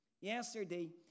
yesterday